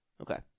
Okay